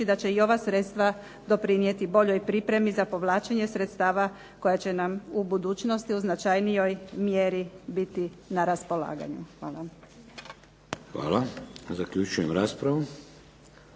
da će i ova sredstva doprinijeti boljoj pripremi za povlačenje sredstava koja će nam u budućnosti u značajnijoj mjeri biti na raspolaganju. Hvala. **Šeks, Vladimir